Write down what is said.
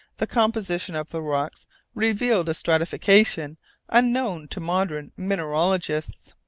the composition of the rocks revealed a stratification unknown to modern mineralogists.